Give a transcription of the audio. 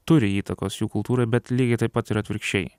turi įtakos jų kultūrai bet lygiai taip pat ir atvirkščiai